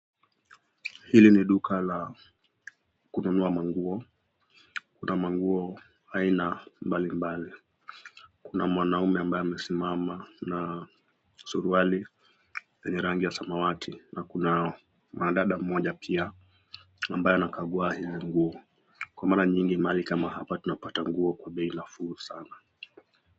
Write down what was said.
Hili ni duka la kununua manguo, kuna manguo aina mbalimbali, kuna mwanaume ambaye amesimama na suruali yenye rangi ya samawati na kuna mwanadada mmoja pia ambaye anakagua hizi nguo, kwa mara nyingi mahali kama hapa tunapata nguo kwa bei nafuu sana.